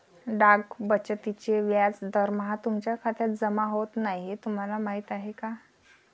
डाक बचतीचे व्याज दरमहा तुमच्या खात्यात जमा होत नाही हे तुम्हाला माहीत आहे का?